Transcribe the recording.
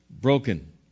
Broken